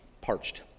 Parched